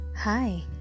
Hi